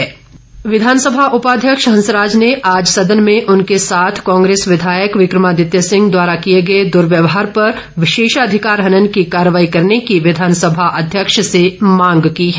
हंसराज विधानसभा उपाध्यक्ष हंसराज ने आज सदन में उनके साथ कांग्रेस विधायक विक्रमादित्य सिंह द्वारा किए गए दुर्व्यवहार पर विशेषाधिकार हनन की कार्रवाई करने की विधानसभा अध्यक्ष से मांग की है